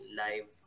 live